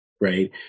right